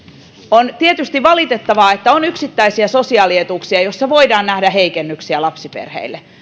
on tietysti valitettavaa että on yksittäisiä sosiaalietuuksia joissa voidaan nähdä heikennyksiä lapsiperheille